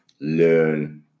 learn